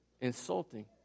insulting